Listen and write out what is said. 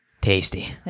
Tasty